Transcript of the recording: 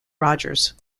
rogers